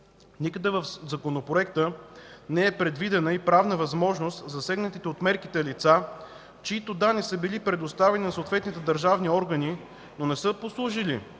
Никъде в Законопроекта не е предвидена и правна възможност засегнатите от мерките лица, чиито данни са били предоставени на съответните държавни органи, но не са послужили